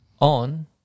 on